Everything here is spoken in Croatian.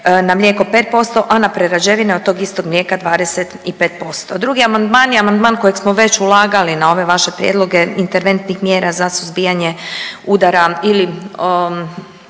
na mlijeko 5%, a na prerađevine od tog istog mlijeka 25%. Drugi amandman je amandman kojeg smo već ulagali na ove vaše prijedloge interventnih mjera za suzbijanje udara ili